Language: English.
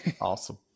Awesome